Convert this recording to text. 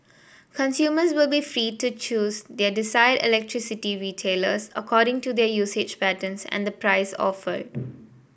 consumers will be free to choose their desired electricity retailers according to their usage patterns and the price offered